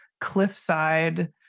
cliffside